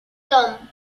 tom